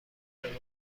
داریم